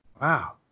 Wow